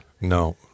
No